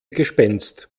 gespenst